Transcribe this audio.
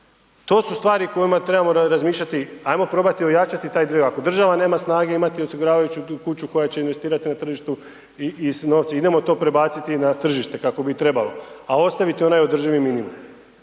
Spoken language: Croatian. To su stvari o kojima trebamo razmišljati, ajmo probati ojačati taj dio, ako država nema snage imati osiguravajuću tu kuću koja će investirati na tržištu i novce, idemo to prebaciti na tržište kako bi i trebalo, a ostaviti onaj održivi minimum.